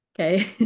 Okay